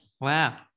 wow